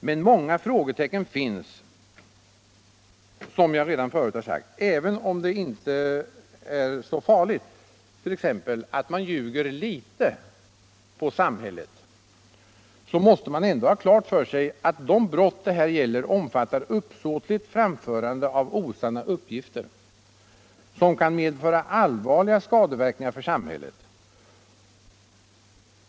Men många frågetecken finns, som jag redan förut har sagt. Även om det inte är så farligt att man ljuger litet på samhället, måste man ändå ha klart för sig att de brott det här gäller omfattar uppsåtligt framförande av-osanna uppgifter, som kan medföra allvarliga skadeverkningar för samhället.